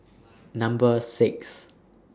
Number six